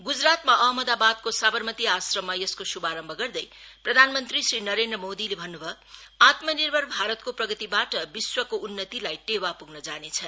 गुजरातमा अहमदाबादको सावरमती आऋममा यसको शुभारम्भ गर्दै प्रधानमंत्री श्री नरेन्द्र मोदीले भन्नुभयो आत्मनिर्भर भारतको प्रगतिबाट विश्वको उन्नतिलाई टेवा पुग्न जानेछ